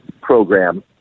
program